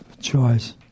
choice